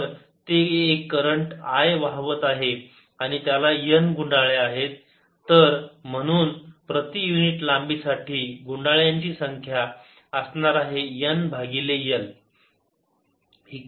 तर ते एक करंट I वाहवत आहे आणि त्याला N गुंडाळ्या आहेत तर म्हणून प्रति युनिट लांबीसाठी गुंडाळ्या ची संख्या असणार आहेत N भागिले L